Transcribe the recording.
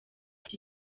iki